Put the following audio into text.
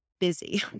busy